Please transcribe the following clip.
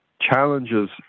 challenges